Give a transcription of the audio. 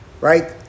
right